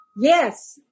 Yes